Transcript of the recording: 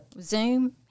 Zoom